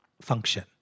function